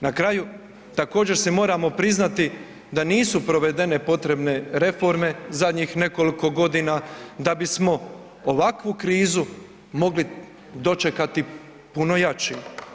Na kraju također si moramo priznati da nisu provedene potrebne reforme zadnjih nekoliko godina da bismo ovakvu krizu mogli dočekati puno jači.